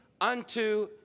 unto